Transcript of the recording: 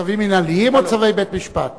אלה צווים מינהליים או צווי בית-משפט?